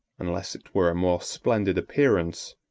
unless it were a more splendid appearance,